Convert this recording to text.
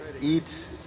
eat